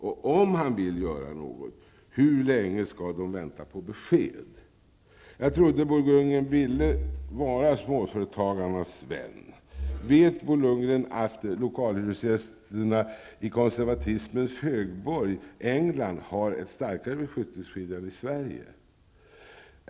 Och om han vill göra något, hur länge skall de vänta på besked? Jag trodde att Bo Lundgren ville vara småföretagarnas vän. Vet Bo Lundgren att lokalhyresgästerna i konservatismens högborg England har ett starkare besittningsskydd än i Sverige?